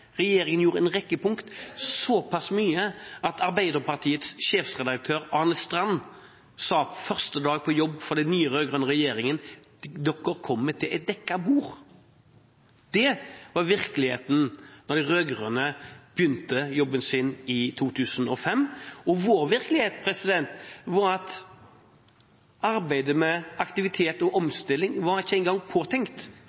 regjeringen gjorde en rekke ting, såpass mye at Arbeiderpartiets sjefredaktør, Arne Strand, sa første dag på jobb for den nye rød-grønne regjeringen: Dere kommer til dekket bord. Det var virkeligheten da de rød-grønne begynte jobben sin i 2005, og vår virkelighet var at arbeidet med aktivitet og omstilling ikke engang var påtenkt